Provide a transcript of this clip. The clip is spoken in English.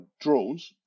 drones